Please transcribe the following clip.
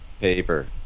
paper